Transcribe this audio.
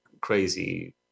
crazy